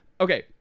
okay